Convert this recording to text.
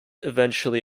eventually